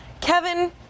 Kevin